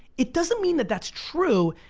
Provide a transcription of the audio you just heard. it doesn't mean that that's true,